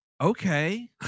okay